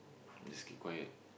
just keep quiet